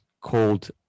called